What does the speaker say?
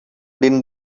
din